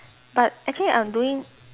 but actually I'm doing